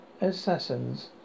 Assassins